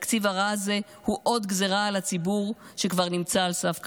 התקציב הרע הזה הוא עוד גזרה לציבור שכבר נמצא על סף קריסה.